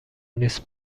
نیست